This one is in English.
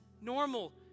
normal